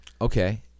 Okay